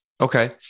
Okay